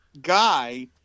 guy